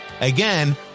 Again